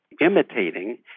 Imitating